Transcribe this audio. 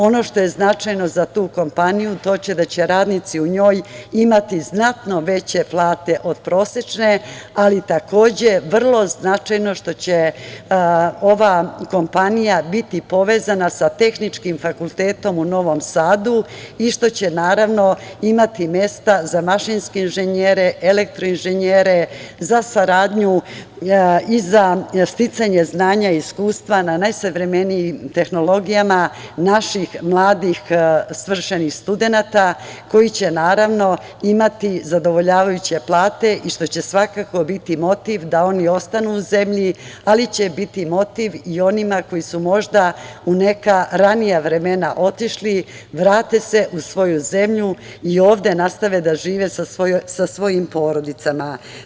Ono što je značajno za tu kompaniju, to je da će radnici u njoj imati znatno veće plate od prosečne, ali vrlo značajno što će ova kompanija biti povezana sa Tehničkim fakultetom u Novom Sadu i što će imati mesta za mašinske inženjer, elektro inženjere, za saradnju i za sticanje znanja i iskustva na najsavremenijim tehnologijama naših mladih svršenih studenata, koji će imati zadovoljavajuće plate i što će svakako biti motiv da oni ostanu u zemlji, ali će biti motiv i onima koji su možda u neka ranija vremena otišli, vrate se u svoju zemlju i ovde nastave da žive sa svojim porodicama.